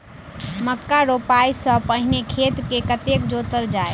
मक्का रोपाइ सँ पहिने खेत केँ कतेक जोतल जाए?